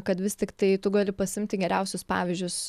kad vis tiktai tu gali pasiimti geriausius pavyzdžius